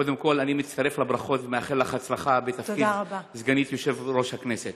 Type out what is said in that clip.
קודם כול אני מצטרף לברכות ומאחל לך הצלחה בתפקיד סגנית יושב-ראש הכנסת.